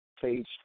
page